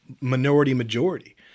minority-majority